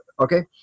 Okay